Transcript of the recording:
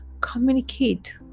communicate